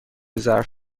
ظرف